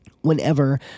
whenever